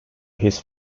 his